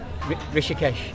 Rishikesh